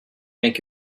make